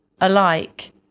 alike